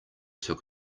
took